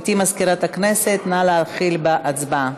גברתי מזכירת הכנסת, נא להתחיל בהצבעה.